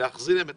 וחובה לתת להם את